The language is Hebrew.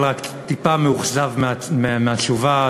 אבל אני רק טיפה מאוכזב מהתשובה,